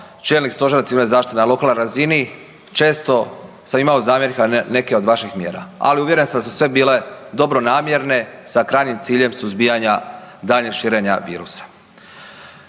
čelnik Stožera civilne zaštite na lokalnoj razini često sam imao zamjerka na neke od vaših mjera, ali uvjeren sam da su sve bile dobronamjerne sa krajnjim ciljem suzbijanja daljnjeg širenja virusa.